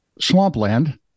swampland